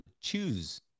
choose